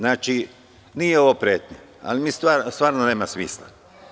Nije ovo pretnja, ali stvarno nema smisla.